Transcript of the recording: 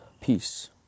Peace